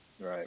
Right